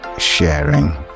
Sharing